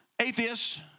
atheists